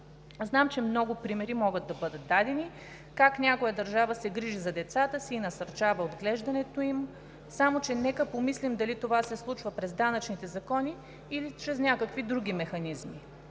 децата. Много примери могат да бъдат дадени как някоя държава се грижи за децата си и насърчава отглеждането им, само че нека да помислим дали това се случва чрез данъчните закони, или чрез някакви други механизми.